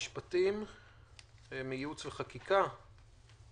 ייעוץ וחקיקה במשרד המשפטים.